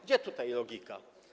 Gdzie tutaj logika?